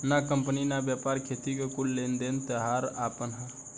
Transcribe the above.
ना कंपनी ना व्यापार, खेती के कुल लेन देन ताहार आपन ह